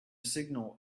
signal